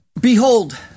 Behold